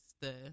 the-